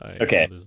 Okay